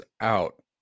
out